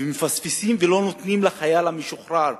מפספסים ולא נותנים לחייל המשוחרר,